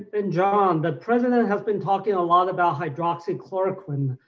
and john, the president has been talking a lot about hydroxychloroquine.